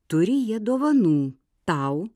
turi jie dovanų tau